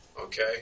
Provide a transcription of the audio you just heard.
okay